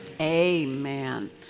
Amen